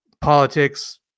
Politics